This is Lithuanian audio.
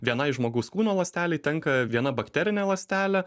vienai žmogaus kūno ląstelei tenka viena bakterinė ląstelė